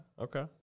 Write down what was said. Okay